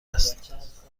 است